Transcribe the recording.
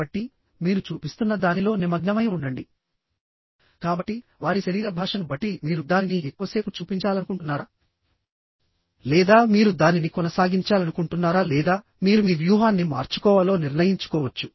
కాబట్టి మీరు చూపిస్తున్న దానిలో నిమగ్నమై ఉండండి కాబట్టివారి శరీర భాషను బట్టి మీరు దానిని ఎక్కువసేపు చూపించాలనుకుంటున్నారా లేదా మీరు దానిని కొనసాగించాలనుకుంటున్నారా లేదా మీరు మీ వ్యూహాన్ని మార్చుకోవాలో నిర్ణయించుకోవచ్చు